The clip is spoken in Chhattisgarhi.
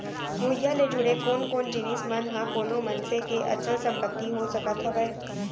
भूइयां ले जुड़े कोन कोन जिनिस मन ह कोनो मनसे के अचल संपत्ति हो सकत हवय?